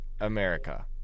America